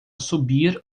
subir